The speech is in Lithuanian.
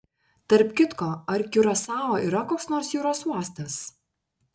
tarp kitko ar kiurasao yra koks nors jūros uostas